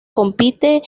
compite